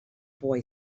boy